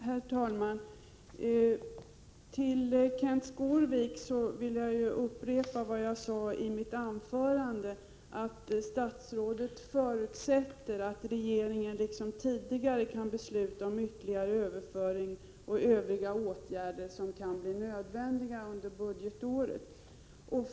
Herr talman! Till Kenth Skårvik vill jag upprepa vad jag sade i mitt inledningsanförande, nämligen att statsrådet förutsätter att regeringen liksom tidigare kan besluta om ytterligare överföring och övriga åtgärder som kan bli nödvändiga under budgetåret.